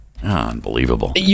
unbelievable